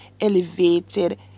elevated